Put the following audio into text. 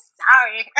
sorry